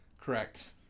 Correct